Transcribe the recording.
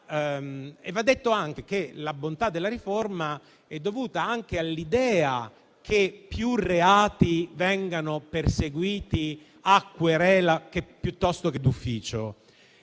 Va detto anche che la bontà della riforma è dovuta anche all'idea che più reati vengano perseguiti a querela piuttosto che d'ufficio.